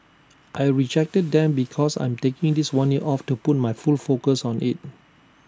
I rejected them because I'm taking this one year off to put my full focus on IT